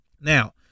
Now